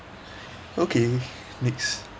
okay next